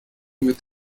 mit